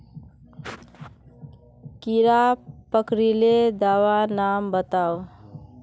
कीड़ा पकरिले दाबा नाम बाताउ?